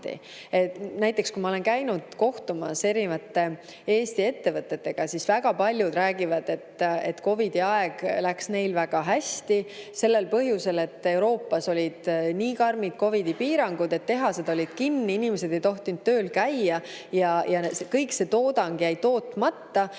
lahti. Kui ma olen käinud kohtumas erinevate Eesti ettevõtjatega, siis väga paljud on rääkinud, et COVID-i ajal läks neil väga hästi. Ja ka sellel põhjusel, et Euroopas olid nii karmid COVID-i piirangud, et tehased olid kinni, inimesed ei tohtinud tööl käia ja toodang jäi tootmata.